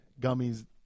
gummies